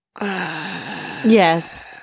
Yes